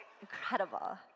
incredible